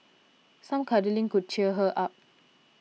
some cuddling could cheer her up